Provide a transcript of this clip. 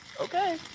Okay